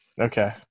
Okay